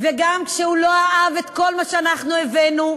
וגם כשהוא לא אהב את כל מה שאנחנו הבאנו,